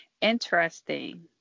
Interesting